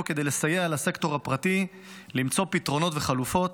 כדי לסייע לסקטור הפרטי למצוא פתרונות וחלופות,